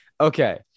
Okay